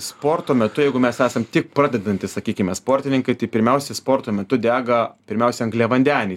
sporto metu jeigu mes esam tik pradedantys sakykime sportininkai tai pirmiausiai sporto metu dega pirmiausia angliavandeniai